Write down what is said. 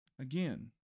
again